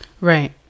Right